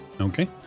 Okay